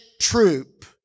troop